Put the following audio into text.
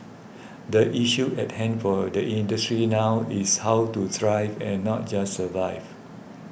the issue at hand for the industry now is how to thrive and not just survive